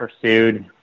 pursued